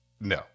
no